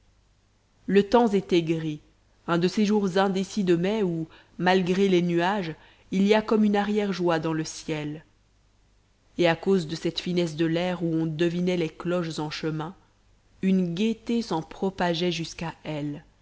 le temps était gris un de ces jours indécis de mai où malgré les nuages il y a comme une arrière joie dans le ciel et à cause de cette finesse de l'air où on devinait les cloches en chemin une gaîté s'en propageait jusqu'à elle